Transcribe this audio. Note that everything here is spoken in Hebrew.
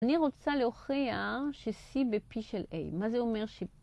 אני רוצה להוכיח ש-C ב-P של-A. מה זה אומר ש...